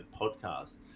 podcast